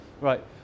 Right